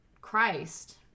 Christ